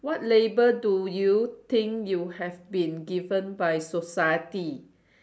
what label do you think you have been given by society